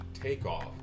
takeoff